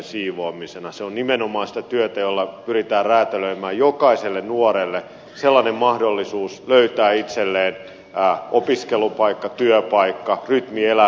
se on nimenomaan sitä työtä jolla pyritään räätälöimään jokaiselle nuorelle mahdollisuus löytää itselleen opiskelupaikka työpaikka rytmi elämäänsä